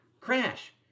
crash